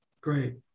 Great